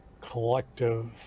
collective